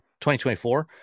2024